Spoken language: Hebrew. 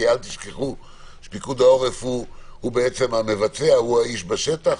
כי תזכרו שהוא המבצע, הוא האיש בשטח.